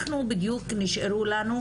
תודה לכם.